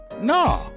no